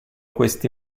questi